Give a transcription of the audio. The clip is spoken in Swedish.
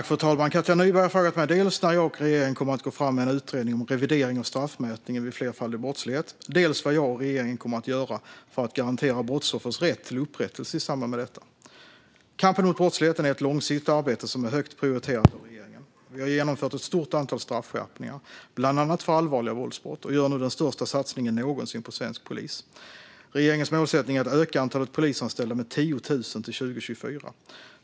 Fru talman! Katja Nyberg har frågat mig dels när jag och regeringen kommer att gå fram med en utredning om revidering av straffmätningen vid flerfaldig brottslighet, dels vad jag och regeringen kommer att göra för att garantera brottsoffers rätt till upprättelse i samband med detta. Kampen mot brottsligheten är ett långsiktigt arbete som är högt prioriterat av regeringen. Vi har genomfört ett stort antal straffskärpningar, bland annat för allvarliga våldsbrott, och gör nu den största satsningen någonsin på svensk polis. Regeringens målsättning är att öka antalet polisanställda med 10 000 till 2024.